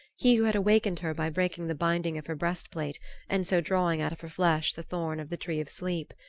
he who had awakened her by breaking the binding of her breastplate and so drawing out of her flesh the thorn of the tree of sleep.